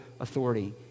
authority